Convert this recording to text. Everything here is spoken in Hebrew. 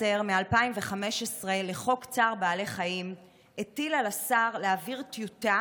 10 מ-2015 לחוק צער בעלי חיים הטיל על השר להעביר טיוטה